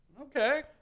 Okay